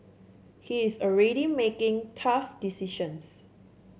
he is already making tough decisions